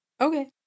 Okay